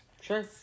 sure